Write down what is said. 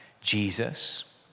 Jesus